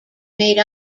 made